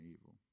evil